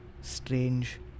strange